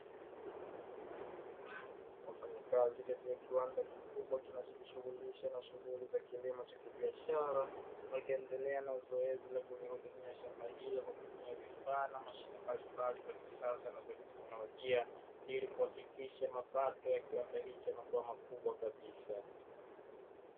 Wafanyakazi katika kiwanda kikubwa kinacho jishughulisha na shilughuri za kilimo katika mashamba ya biashara wakiendelea na zoezi la kulihudumia shamba hilo kwa kutumia vifaa na mashine mbalimbali za kisasa na kiteknolojia hili kuhakikisha mapato ya kiwanda hicho yanakuwa makubwa kabisa